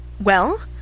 Well